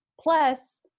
plus